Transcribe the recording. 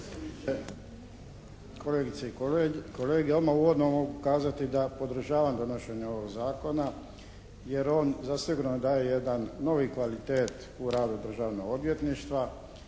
Kolegice i kolege, odmah uvodno mogu kazati da podržavam donošenje ovog Zakona jer on zasigurno daje jedan novi kvalitet u radu Državnog odvjetništva